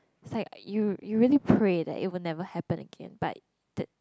it's like you really pray that it will never happen again but